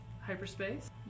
hyperspace